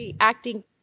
acting